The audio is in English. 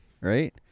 Right